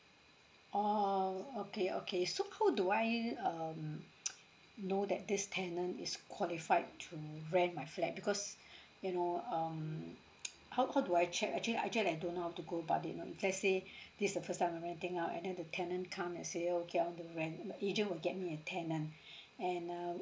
oh okay okay so how do I um know that this tenant is qualified to rent my flat because you know um how how do I check actually actually I don't know how to go about it you know if let's say this is the first time I'm renting out and then the tenant come and say I want to rent okay um the agent will get me a tenant and uh